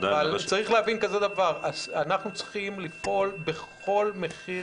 אבל צריך להבין שאנחנו צריכים לפעול בכל מחיר